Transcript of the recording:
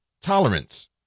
tolerance